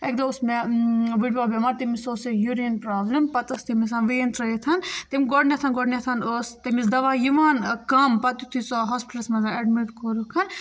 اَکہِ دۄہ اوس مےٚ بٔڑ بَب بٮ۪مار تٔمِس اوس سۄ یوٗریٖن پرٛابلَم پَتہٕ ٲس تٔمِس آسان وین ترٛٲیِتھ تٔمۍ گۄڈٕنٮ۪تھ گۄڈٕنٮ۪تھ ٲس تیٚمِس دَوا یِوان کَم پَتہٕ یُتھُے سُہ ہاسپِٹَلَس منٛز اٮ۪ڈمِٹ کوٚرُکھ